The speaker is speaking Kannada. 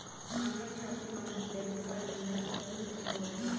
Online shopping amount debit card ಇಂದ ಹೆಂಗ್ ತುಂಬೊದು?